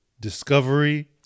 discovery